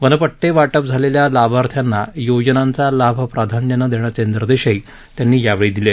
one पट्टे वाटप झालेल्या लाभार्थ्यांना योजनांचा लाभ प्राधान्यानं देण्याचे निर्देशही त्यांनी दिले